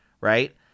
right